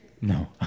No